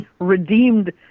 redeemed